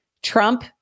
Trump